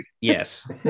Yes